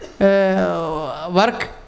work